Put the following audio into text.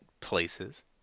places